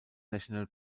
national